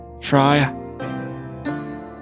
try